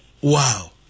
Wow